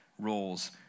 roles